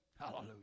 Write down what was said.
Hallelujah